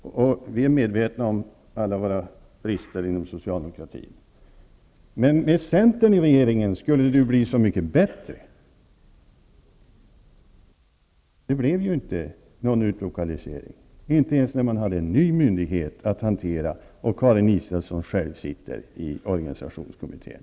Vi socialdemokrater är medvetna om alla våra brister, men det skulle ju bli så mycket bättre med centern i regeringen. Det blev dock ingen utlokalisering, inte ens fast man hade en ny myndighet att hantera -- Karin Israelsson själv är ju ledamot av organisationskommittén.